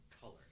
color